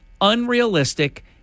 unrealistic